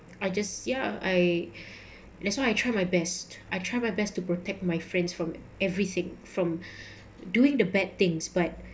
I just ya I that's why I try my best I try my best to protect my friends from everything from doing the bad things but